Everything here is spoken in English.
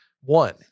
one